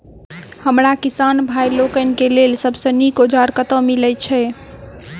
हमरा किसान भाई लोकनि केँ लेल सबसँ नीक औजार कतह मिलै छै?